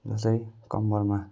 जस्तै कम्मरमा